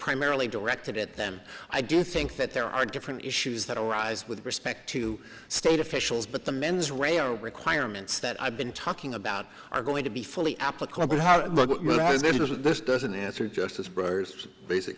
primarily directed at them i do think that there are different issues that arise with respect to state officials but the mens rea or requirements that i've been talking about are going to be fully applicable how this doesn't answer justice breyer's basic